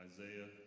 Isaiah